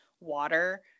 water